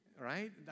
right